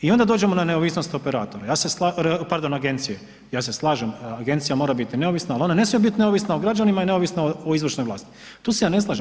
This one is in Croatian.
I onda dođemo na neovisnost operatora, pardon agencije, ja se slažem agencija ona mora biti neovisna ali ona ne smije biti neovisna o građanima i neovisna o izvršnoj vlasti, tu se ja ne slažem.